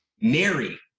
Nary